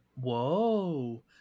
Whoa